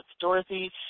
Dorothy